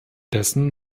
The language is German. dessen